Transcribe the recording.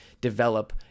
develop